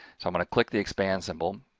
so i'm going to click the expand symbol,